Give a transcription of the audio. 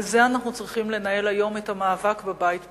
על זה אנחנו צריכים לנהל היום את המאבק בבית פנימה.